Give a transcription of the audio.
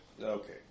Okay